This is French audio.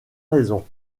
raison